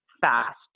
fast